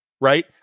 right